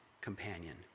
companion